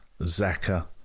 Zaka